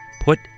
put